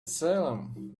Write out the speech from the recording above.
salem